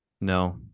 No